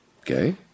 Okay